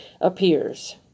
appears